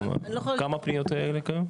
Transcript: כמה פניות כאלה היו?